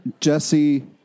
Jesse